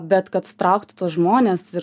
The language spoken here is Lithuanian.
bet kad traukti tuos žmones ir